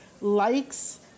likes